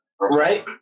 Right